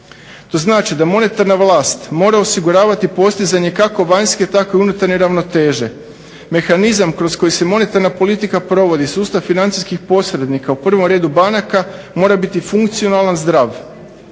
To znači da monetarna vlast mora osiguravati postizanje kako vanjske tako i unutarnje ravnoteže. Mehanizam kroz koji se monetarna politika provodi, sustav financijskih posrednika, u prvom redu banaka mora biti funkcionalan, zdrav.